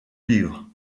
livres